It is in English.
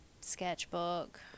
sketchbook